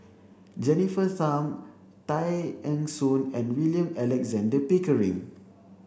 Jennifer Tham Tay Eng Soon and William Alexander Pickering